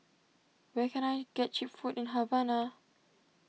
where can I get Cheap Food in Havana